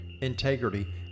integrity